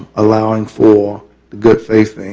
allowing for the good faith,